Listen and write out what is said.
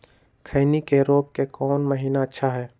खैनी के रोप के कौन महीना अच्छा है?